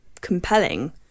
compelling